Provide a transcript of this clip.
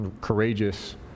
courageous